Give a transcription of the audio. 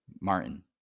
Martin